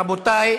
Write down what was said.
רבותי,